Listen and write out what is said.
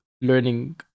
learning